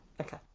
Okay